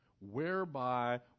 whereby